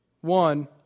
one